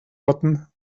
hatten